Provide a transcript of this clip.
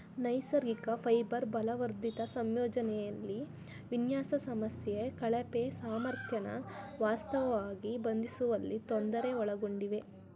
ನೈಸರ್ಗಿಕ ಫೈಬರ್ ಬಲವರ್ಧಿತ ಸಂಯೋಜನೆಲಿ ವಿನ್ಯಾಸ ಸಮಸ್ಯೆ ಕಳಪೆ ಸಾಮರ್ಥ್ಯನ ವಾಸ್ತವವಾಗಿ ಬಂಧಿಸುವಲ್ಲಿ ತೊಂದರೆ ಒಳಗೊಂಡಿವೆ